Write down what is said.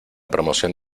promoción